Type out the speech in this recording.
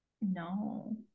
no